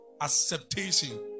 acceptation